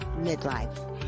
midlife